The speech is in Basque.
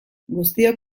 guztiok